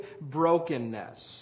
brokenness